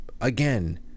again